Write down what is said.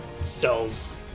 cells